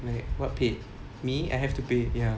wait what paid me I have to pay ya